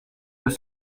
deux